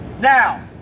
Now